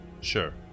Sure